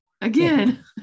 again